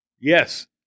Yes